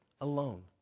alone